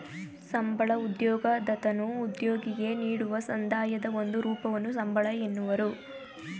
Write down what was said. ಸಂಬಳ ಉದ್ಯೋಗದತನು ಉದ್ಯೋಗಿಗೆ ನೀಡುವ ಸಂದಾಯದ ಒಂದು ರೂಪವನ್ನು ಸಂಬಳ ಎನ್ನುವರು